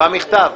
במכתב.